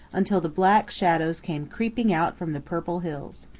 until the black shadows came creeping out from the purple hills.